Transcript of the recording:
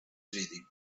reading